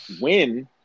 win